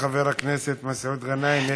חבר הכנסת מסעוד גנאים,